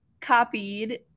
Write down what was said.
copied